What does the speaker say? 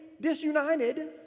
disunited